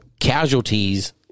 casualties